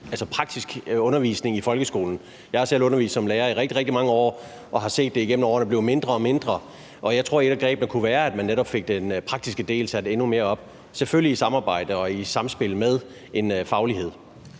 mere praktisk undervisning i folkeskolen? Jeg har selv undervist som lærer i rigtig, rigtig mange år og har set, at det igennem årene er blevet mindre og mindre. Jeg tror, at et af grebene kunne være, at man fik øget den praktiske del, selvfølgelig i samarbejde og samspil med en faglighed.